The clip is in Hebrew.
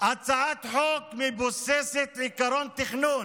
הצעת חוק מבוססת עקרון תכנון